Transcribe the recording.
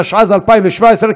התשע"ז 2017,